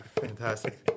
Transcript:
Fantastic